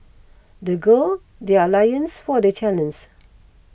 they girl their loins for the